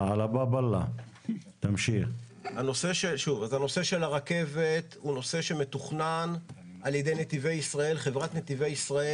הנושא של הרכבת מתוכנן על-ידי חברת נתיבי ישראל.